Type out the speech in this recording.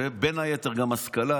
בין היתר גם השכלה